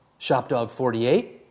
ShopDog48